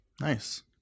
Nice